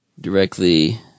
directly